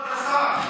כבוד השר,